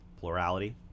plurality